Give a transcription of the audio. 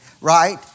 right